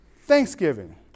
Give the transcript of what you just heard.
Thanksgiving